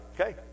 okay